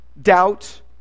doubt